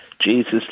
Jesus